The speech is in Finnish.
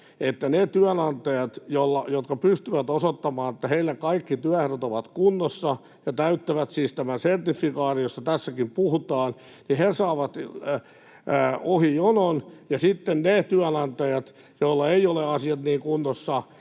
että ne työnantajat, jotka pystyvät osoittamaan, että heillä kaikki työehdot ovat kunnossa ja he täyttävät siis tämän sertifikaatin, josta tässäkin puhutaan, saavat ohi jonon, ja sitten niiden työnantajien kohdalla, joilla eivät ole asiat niin kunnossa,